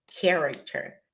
character